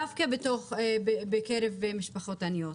דווקא בקרב משפחות עניות.